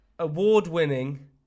Award-winning